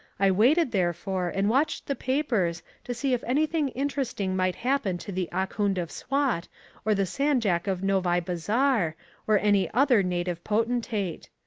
i waited therefore and watched the papers to see if anything interesting might happen to the ahkoond of swat or the sandjak of novi bazar or any other native potentate.